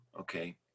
okay